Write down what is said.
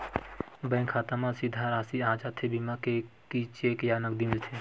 Bank खाता मा सीधा राशि आ जाथे बीमा के कि चेक या नकदी मिलथे?